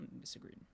Disagreed